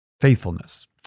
Faithfulness